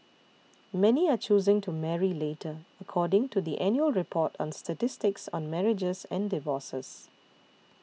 many are choosing to marry later according to the annual report on statistics on marriages and divorces